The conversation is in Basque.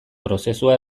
prozesua